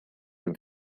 dem